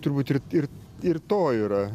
turbūt ir ir ir to yra